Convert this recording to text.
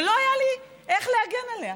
ולא היה לי איך להגן עליה.